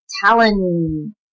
Talon